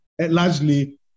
largely